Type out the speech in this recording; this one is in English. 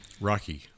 Rocky